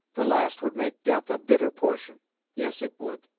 the last would make death a bitter portion yes it would.